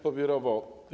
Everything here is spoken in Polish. Pobierowo.